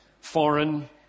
foreign